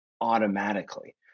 automatically